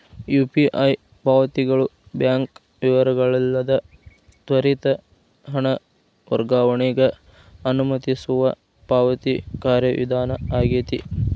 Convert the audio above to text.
UPI ಪಾವತಿಗಳು bank ವಿವರಗಳಿಲ್ಲದ ತ್ವರಿತ ಹಣ ವರ್ಗಾವಣೆಗ ಅನುಮತಿಸುವ ಪಾವತಿ ಕಾರ್ಯವಿಧಾನ ಆಗೆತಿ